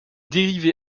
dérivés